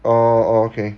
oh okay